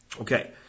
Okay